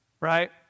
Right